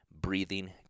breathing